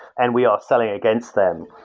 and we are selling against them.